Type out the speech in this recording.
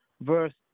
verse